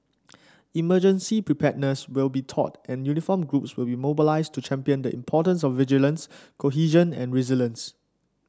emergency preparedness will be taught and uniformed groups will be mobilised to champion the importance of vigilance cohesion and resilience